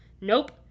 Nope